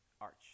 arch